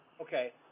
Okay